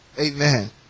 Amen